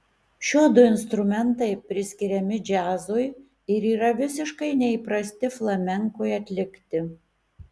šiuodu instrumentai priskiriami džiazui ir yra visiškai neįprasti flamenkui atlikti